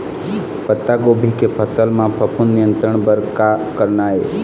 पत्तागोभी के फसल म फफूंद नियंत्रण बर का करना ये?